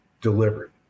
delivered